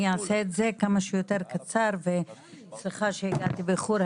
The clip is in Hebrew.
אני אעשה את זה כמה שיותר קצר וסליחה שהגעתי באיחור,